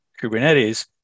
Kubernetes